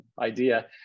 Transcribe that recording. idea